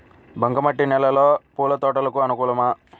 బంక మట్టి నేలలో పూల తోటలకు అనుకూలమా?